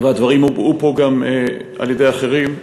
והדברים הובעו פה גם על-ידי אחרים,